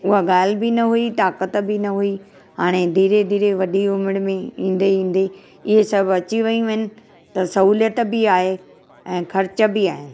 उहा ॻाल्हि बि न हुई ताक़तु बि न हुई हाणे धीरे धीरे वॾी उमिरि में ईंदे ईंदे ईहे सभु वधजी वियूं आहिनि त सहूलियत बि आहे ऐं ख़र्चु बि आहिनि